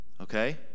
Okay